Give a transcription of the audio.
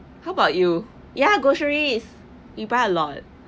how about you ya groceries you buy a lot